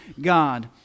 God